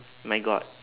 my god